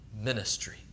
ministry